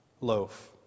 loaf